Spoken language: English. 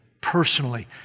personally